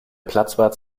platzwart